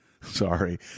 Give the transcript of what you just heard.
sorry